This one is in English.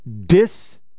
dis